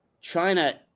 China